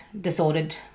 disordered